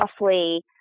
roughly